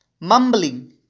mumbling